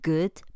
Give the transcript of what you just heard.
Good